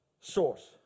source